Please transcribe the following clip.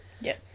Yes